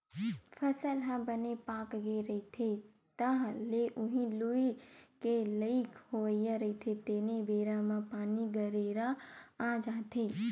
फसल ह बने पाकगे रहिथे, तह ल उही लूए के लइक होवइया रहिथे तेने बेरा म पानी, गरेरा आ जाथे